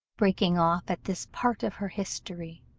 breaking off at this part of her history,